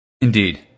Indeed